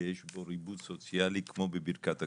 שיש בו ריבוד סוציאלי כמו בברכת הכהנים.